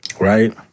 Right